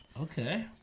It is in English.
Okay